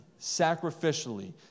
sacrificially